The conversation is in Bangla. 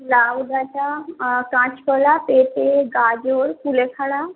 লাউ ডাঁটা কাঁচকলা পেঁপে গাজর কুলেখাড়া